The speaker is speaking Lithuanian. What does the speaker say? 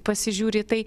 pasižiūri į tai